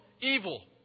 evil